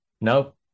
no